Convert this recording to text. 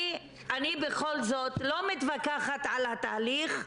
אני בכל זאת לא מתווכחת על התהליך,